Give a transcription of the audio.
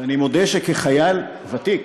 ואני מודה שכחייל ותיק